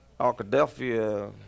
Arkadelphia